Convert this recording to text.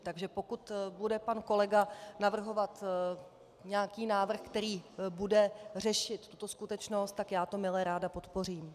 Takže pokud bude pan kolega navrhovat nějaký návrh, který bude řešit tuto skutečnost, tak já to mileráda podpořím.